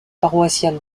paroissiale